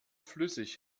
flüssig